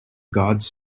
guards